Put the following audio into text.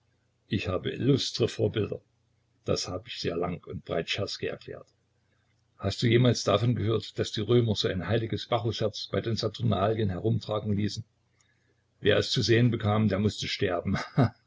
ich habe illustre vorbilder das hab ich sehr lang und breit czerski erklärt hast du jemals davon gehört daß die römer so ein heiliges bacchusherz bei den saturnalien herumtragen ließen wer es zu sehen bekam der mußte sterben